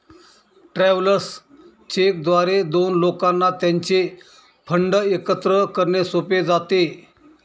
travellers cheque द्वारे दोन लोकांना त्यांचे फंड एकत्र करणे सोपे जाते